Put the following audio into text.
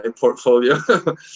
portfolio